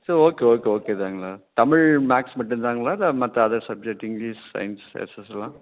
sir okay okay okay தாங்களா Tamil maths மட்டுந்தாங்களா மற்ற அதர் சப்ஜெக்ட் இங்கிலிஷ் சயின்ஸ் எஸ்எஸ்லாம்